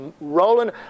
rolling